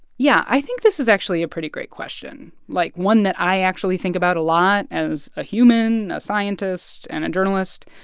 yeah, i think this is actually a pretty great question, like, one that i actually think about a lot as a human, scientist and a journalist.